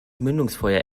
mündungsfeuer